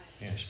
Yes